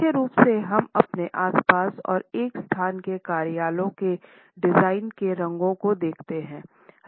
मुख्य रूप से हम अपने आस पास और एक स्थान के कार्यालयों के डिजाइन के रंगों को देखते हैं